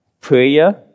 prayer